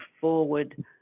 forward